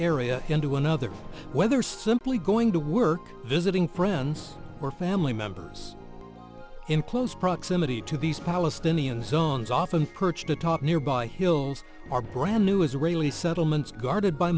area to another whether simply going to work visiting friends or family members in close proximity to these palestinian zones often perched atop nearby hills or brand new israeli settlements guarded by